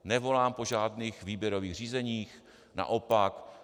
Nevolám po žádných výběrových řízeních, naopak.